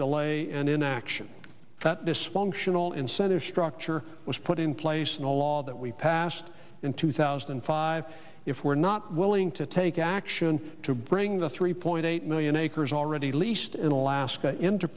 delay and inaction that this long tional incentive structure was put in place in a law that we passed in two thousand and five if we're not willing to take action to bring the three point eight million acres already least in alaska into